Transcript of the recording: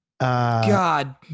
God